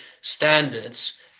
standards